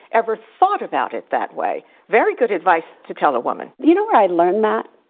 ever thought about it that way. very good advice to tell a woman. you know where i learned that?